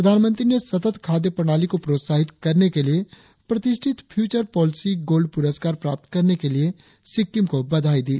प्रधानमंत्री ने सतत खाद्य प्रणाली को प्रोत्साहित करने के लिए प्रतिष्ठित फ्यूचर पॉलिसी गोल्ड पुरुस्कार प्राप्त करने के लिए सिक्किम को बधाई दी